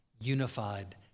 unified